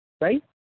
Right